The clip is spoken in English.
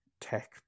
tech